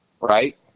Right